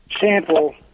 sample